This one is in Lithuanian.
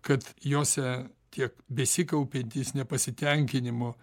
kad jose tiek besikaupiantys nepasitenkinimo